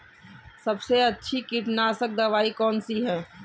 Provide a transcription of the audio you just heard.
सबसे अच्छी कीटनाशक दवाई कौन सी है?